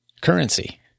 currency